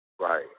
Right